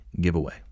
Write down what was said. Giveaway